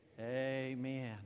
amen